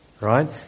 right